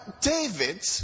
David